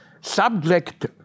Subject